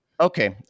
Okay